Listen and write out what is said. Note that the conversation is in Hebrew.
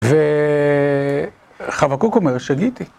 וחבקוק אומר: שגיתי.